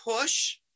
push